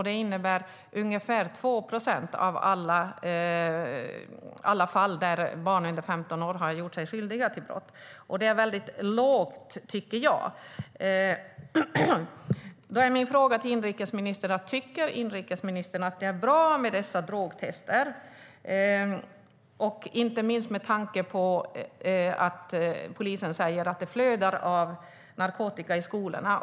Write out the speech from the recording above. Det innebär ungefär 2 procent av alla fall där barn under 15 år har gjort sig skyldiga till brott. Det är lite, tycker jag. Mina frågor till inrikesministern är: Tycker inrikesministern att det är bra med dessa drogtester, inte minst med tanke på att polisen säger att det flödar av narkotika i skolorna?